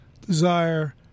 desire